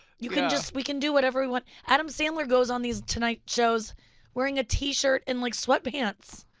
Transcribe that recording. you can just, we can do whatever we want. adam sandler goes on these tonight shows wearing a tee shirt and like sweatpants.